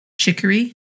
chicory